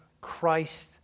Christ